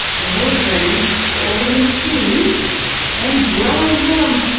and we're ready to go over to the machine and blind hem.